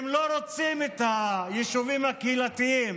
הם לא רוצים את היישובים הקהילתיים